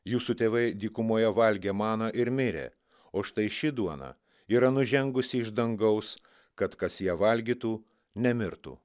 jūsų tėvai dykumoje valgė maną ir mirė o štai ši duona yra nužengusi iš dangaus kad kas ją valgytų nemirtų